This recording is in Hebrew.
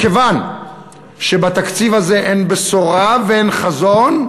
מכיוון שבתקציב הזה אין בשורה, ואין חזון,